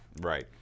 Right